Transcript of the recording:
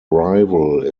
rival